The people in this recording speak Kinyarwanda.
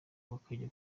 bakajya